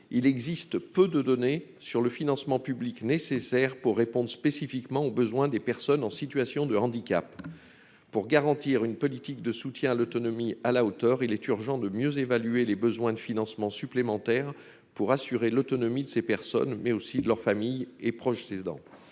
il existe peu de données sur le financement public nécessaire pour répondre spécifiquement aux besoins des personnes en situation de handicap pour garantir une politique de soutien à l'autonomie à la hauteur, il est urgent de mieux évaluer les besoins de financement supplémentaires pour assurer l'autonomie de ces personnes, mais aussi de leurs familles et proches ses dents